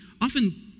often